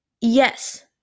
yes